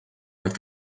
vaid